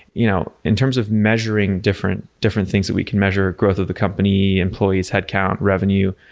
you know in terms of measuring different different things that we can measure, growth of the company, employees headcount, revenue,